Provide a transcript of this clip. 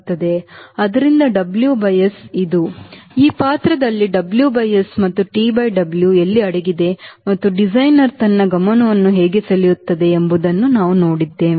ಆದ್ದರಿಂದ WS ಇದು ಈ ಪಾತ್ರದಲ್ಲಿ WS ಮತ್ತು TW ಎಲ್ಲಿ ಅಡಗಿದೆ ಮತ್ತು ಡಿಸೈನರ್ ತನ್ನ ಗಮನವನ್ನು ಹೇಗೆ ಸೆಳೆಯುತ್ತದೆ ಎಂಬುದನ್ನು ನಾವು ನೋಡಿದ್ದೇವೆ